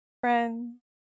friends